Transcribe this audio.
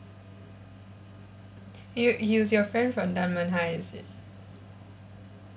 you he is your friend from dunman high is it